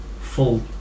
full